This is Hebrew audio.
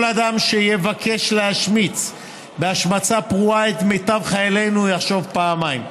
כל אדם שיבקש להשמיץ השמצה פרועה את מיטב חיילינו יחשוב פעמיים.